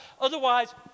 Otherwise